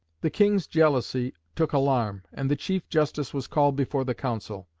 the king's jealousy took alarm, and the chief-justice was called before the council.